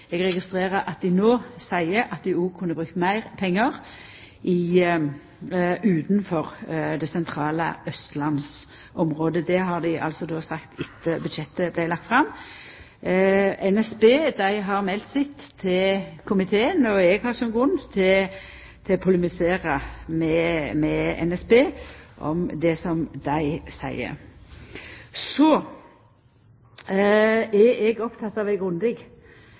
Eg registrerer at dei no seier at dei òg kunne brukt meir pengar utanfor det sentrale austlandsområdet. Det har dei sagt etter at budsjettet vart lagt fram. NSB har meldt sitt til komiteen, og eg har ikkje nokon grunn til å polemisera mot NSB om det som dei seier. Så er eg oppteken av ei grundig